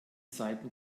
seiten